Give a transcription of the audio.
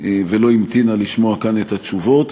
ולא המתינה לשמוע כאן את התשובות.